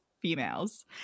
Females